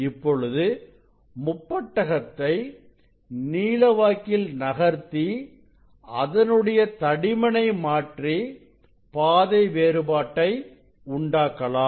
இப்பொழுது முப்பட்டகத்தை நீளவாக்கில் நகர்த்தி அதனுடைய தடிமனை மாற்றி பாதை வேறுபாட்டை உண்டாக்கலாம்